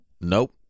Nope